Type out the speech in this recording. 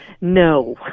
No